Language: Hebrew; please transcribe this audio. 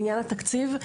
בעניין התקציב,